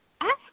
ask